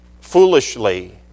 foolishly